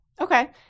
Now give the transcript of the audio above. Okay